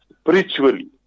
spiritually